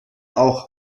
auch